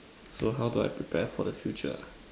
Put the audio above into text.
so how do I prepare for the future